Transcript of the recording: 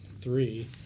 three